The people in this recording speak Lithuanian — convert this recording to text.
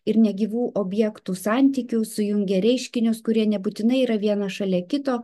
ir negyvų objektų santykių sujungia reiškinius kurie nebūtinai yra vienas šalia kito